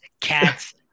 cats